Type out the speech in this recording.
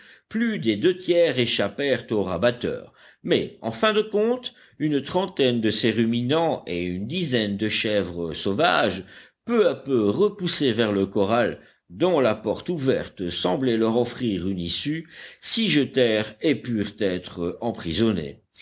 plus des deux tiers échappèrent aux rabatteurs mais en fin de compte une trentaine de ces ruminants et une dizaine de chèvres sauvages peu à peu repoussés vers le corral dont la porte ouverte semblait leur offrir une issue s'y jetèrent et purent être emprisonnés